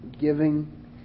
giving